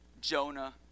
Jonah